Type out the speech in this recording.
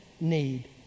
need